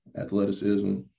athleticism